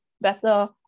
better